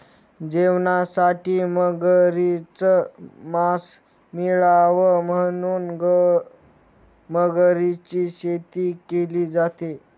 जेवणासाठी मगरीच मास मिळाव म्हणून मगरीची शेती केली जाते